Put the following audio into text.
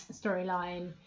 storyline